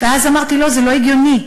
ואז אמרתי: לא, זה לא הגיוני.